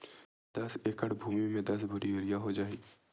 का दस एकड़ भुमि में दस बोरी यूरिया हो जाही?